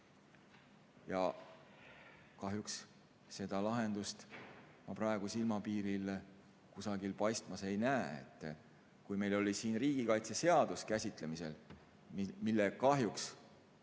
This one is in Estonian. Kahjuks seda lahendust ma praegu silmapiiril kusagil paistmas ei näe. Kui meil oli siin riigikaitseseadus käsitlemisel, mille kahjuks